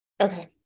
Okay